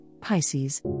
Pisces